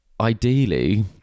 ideally